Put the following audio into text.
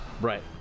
Right